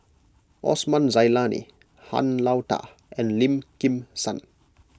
Osman Zailani Han Lao Da and Lim Kim San